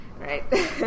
Right